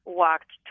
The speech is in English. walked